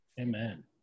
Amen